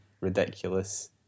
ridiculous